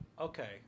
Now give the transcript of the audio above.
Okay